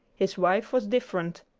his wife was different.